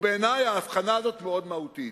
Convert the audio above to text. ובעיני ההבחנה הזאת מאוד מהותית.